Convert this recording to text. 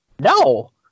No